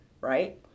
right